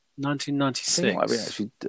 1996